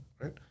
right